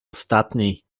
ostatni